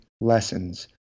lessons